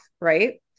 right